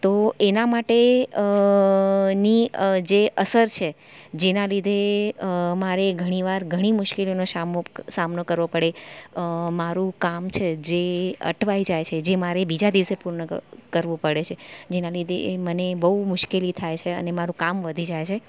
તો એના માટે ની જે એની અસર છે જેના લીધે મારે ઘણી વાર ઘણી મુશ્કેલીનો સામનો કરવો પડે મારુ કામ છે જે અટવાઈ જાય છે જે મારે બીજા દિવસે પુન કરવું પડે છે જેના લીધે એ મને બહુ મુશ્કેલી થાય છે અને મારું કામ વધી જાય છે